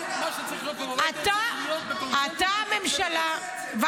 אתה הממשלה --- בעיניים שלך כל מה שצריך להיות פה בבית,